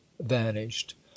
vanished